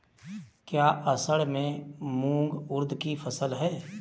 क्या असड़ में मूंग उर्द कि फसल है?